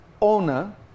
owner